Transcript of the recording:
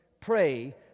pray